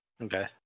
Okay